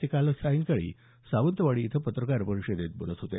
ते काल सायंकाळी सावंतवाडी इथं पत्रकार परिषदेत बोलत होते